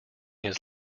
his